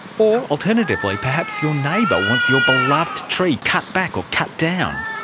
or alternatively perhaps your neighbour wants your beloved tree cut back or cut down.